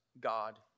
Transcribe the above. God